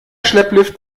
schlepplift